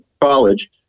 College